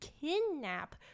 kidnap